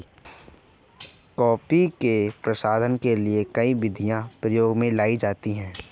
coffee के प्रसंस्करण के लिए कई विधियां प्रयोग में लाई जाती हैं